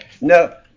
No